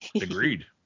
Agreed